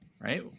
right